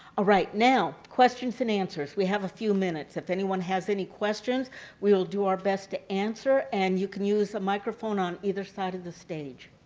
alright now, questions and answers. we have a few minutes. if anyone has any questions we'll do our best to answer and you can use the microphones on either side of the stage.